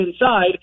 inside